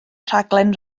rhaglen